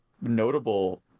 Notable